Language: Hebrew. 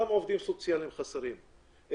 גם עובדים סוציאליים חסרים,